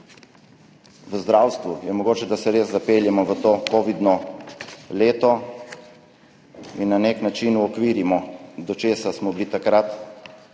v zdravstvu se mogoče res zapeljemo v to kovidno leto in na nek način uokvirimo, česa smo bili takrat